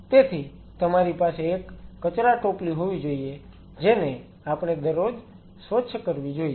તેથી તમારી પાસે એક કચરાટોપલી હોવી જોઈએ જેને આપણે દરરોજ સ્વચ્છ કરવી જોઈએ